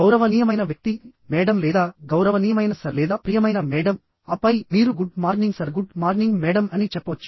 గౌరవనీయమైన వ్యక్తి మేడమ్ లేదా గౌరవనీయమైన సర్ లేదా ప్రియమైన మేడమ్ ఆపై మీరు good morning sir good morning madam అని చెప్పవచ్చు